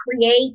create